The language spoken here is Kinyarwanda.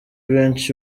benshi